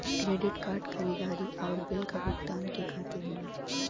credit card खरीदारी आउर bill क भुगतान के खातिर होला